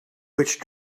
which